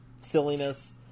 silliness